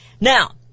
Now